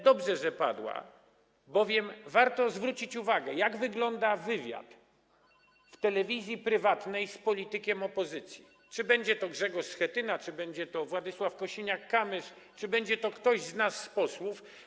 Dobrze, że padła, bowiem warto zwrócić uwagę, jak wygląda wywiad w telewizji prywatnej z politykiem opozycji, czy będzie to Grzegorz Schetyna, czy będzie to Władysław Kosiniak-Kamysz, czy będzie to ktoś z nas, posłów.